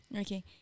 Okay